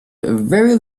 very